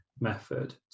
method